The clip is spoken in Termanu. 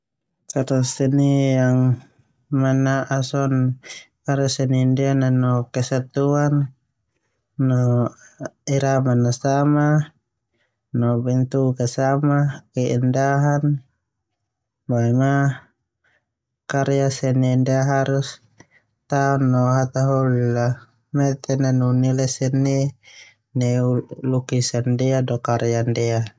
Karya seni yang mana'a so na kaeya seni nanu kesatuan, kesamaan, irama no keindahan. Boema karya seni ndia harus tao na hataholi la meten nanu nilai seni neu karya ndia.